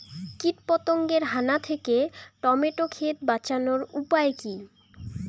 কীটপতঙ্গের হানা থেকে টমেটো ক্ষেত বাঁচানোর উপায় কি?